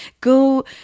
go